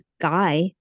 guy